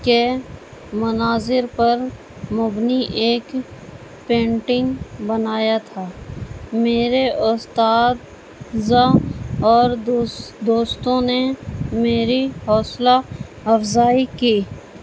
کے مناظر پر مبنی ایک پینٹنگ بنایا تھا میرے اساتذہ اور دوس دوستوں نے میری حوصلہ افزائی کی